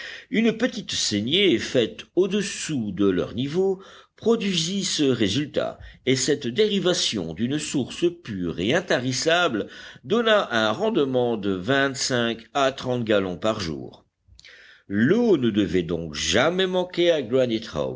une petite saignée faite au-dessous de leur niveau produisit ce résultat et cette dérivation d'une source pure et intarissable donna un rendement de vingt-cinq à trente gallons par jour l'eau ne devait donc jamais manquer à